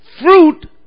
Fruit